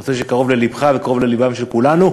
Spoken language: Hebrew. נושא שקרוב ללבך וקרוב ללב של כולנו.